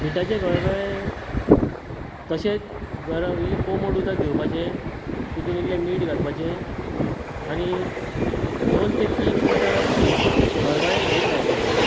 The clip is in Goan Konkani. मिठाचे गळगळे तशेंच इल्लें कोमट उदक घवपाचें तेतूंत इल्लें मीठ घालपाचें आनी दोन ते तीन मिनटां गळगळे घेयत रावपाचे